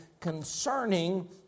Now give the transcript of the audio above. concerning